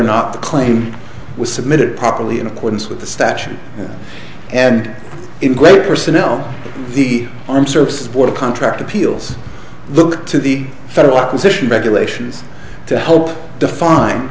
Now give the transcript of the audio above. not the claim was submitted properly in accordance with the statute and in great personnel the armed services board of contract appeals look to the federal opposition regulations to help define